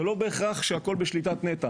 זה לא הכול בהכרח בשליטת נת"ע.